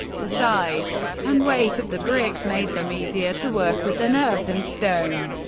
the size and weight of the bricks made them easier to work with than earth and stone,